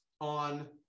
on